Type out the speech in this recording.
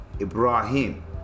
Ibrahim